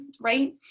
right